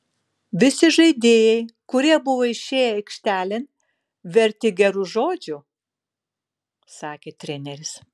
visi žaidėjai kurie buvo išėję aikštelėn verti gerų žodžių sakė treneris